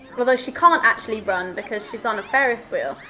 although she can't actually run because she's on a ferris wheel.